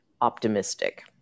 optimistic